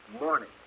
morning